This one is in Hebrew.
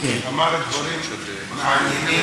אמר דברים מעניינים,